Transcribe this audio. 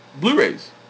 Blu-rays